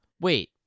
Wait